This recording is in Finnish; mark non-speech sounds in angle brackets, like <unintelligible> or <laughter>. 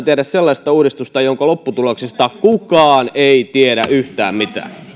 <unintelligible> tehdä sellaista uudistusta jonka lopputuloksista kukaan ei tiedä yhtään mitään